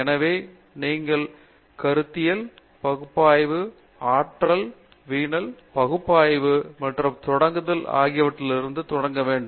எனவே நீங்கள் கருத்தியல் பகுப்பாய்வு ஆற்றல் வீணல் பகுப்பாய்வு மற்றும் தொடங்குதல் ஆகியவற்றிலிருந்து தொடங்க வேண்டும்